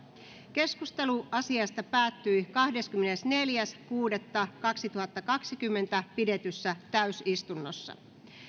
keskustelu asiasta päättyi kahdeskymmenesneljäs kuudetta kaksituhattakaksikymmentä pidetyssä täysistunnossa